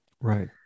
Right